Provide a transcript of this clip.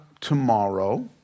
tomorrow